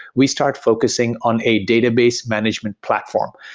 we start focusing on a database management platform.